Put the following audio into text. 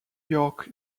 york